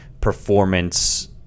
performance